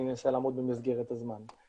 אני אנסה לעמוד במסגרת הזמן.